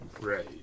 Right